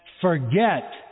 forget